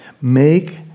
Make